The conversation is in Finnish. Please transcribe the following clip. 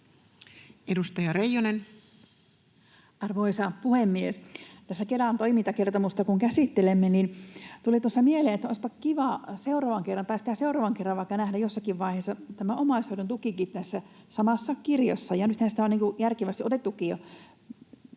Edustaja Reijonen. Arvoisa puhemies! Tässä Kelan toimintakertomusta kun käsittelemme, niin tuli tuossa mieleen, että olisipa kiva seuraavan kerran tai vaikka sitä seuraavan kerran nähdä jossakin vaiheessa omaishoidon tukikin tässä samassa kirjassa, ja nythän on järkevästi otettukin